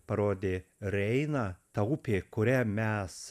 parodė reiną ta upė kuria mes